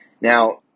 Now